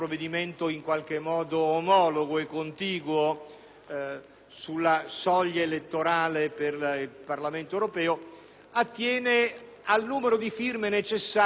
sulla soglia elettorale per il Parlamento europeo - attiene al numero di firme necessarie per presentarsi alla scadenza elettorale europea.